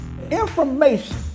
Information